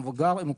מבוגר או קשיש,